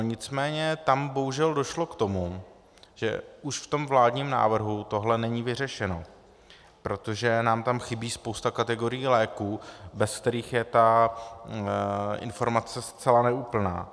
Nicméně tam bohužel došlo k tomu, že už v tom vládním návrhu tohle není vyřešeno, protože nám tam chybí spousta kategorií léků, bez kterých je ta informace zcela neúplná.